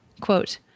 quote